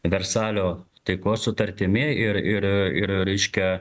versalio taikos sutartimi ir ir ir reiškia